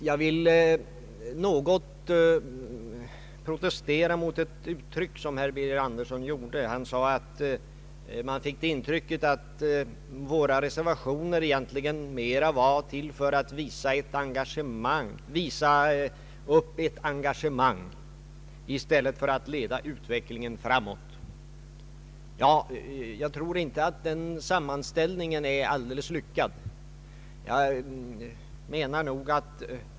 Jag vill något protestera mot ett uttryck som herr Birger Andersson använde när han sade att man av våra reservationer fick det intrycket att de egentligen mera var till för att visa upp ett engagemang än för att leda utvecklingen framåt. Jag tror inte att den sammanställningen är alldeles lyckad.